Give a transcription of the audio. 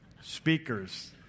speakers